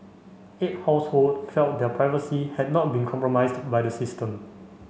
eight household felt their privacy had not been compromised by the system